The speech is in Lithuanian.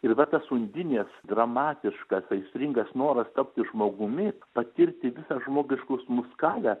ir va tas undinės dramatiškas aistringas noras tapti žmogumi patirti visą žmogiškų jausmų skalę